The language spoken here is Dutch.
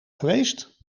geweest